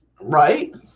Right